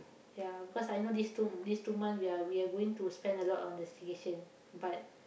ya because I know these two these two months we are we are going to spend a lot on the staycation but